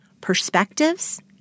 perspectives